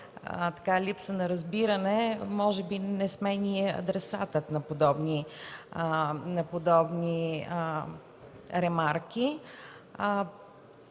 липса на разбиране, може би не сме ние адресатът на подобни ремарки.